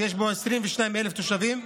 שיש בו 22,000 תושבים,